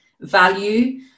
value